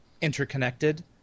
interconnected